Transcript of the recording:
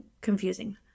confusing